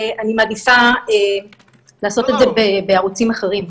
ואני מעדיפה לעשות את זה בערוצים אחרים.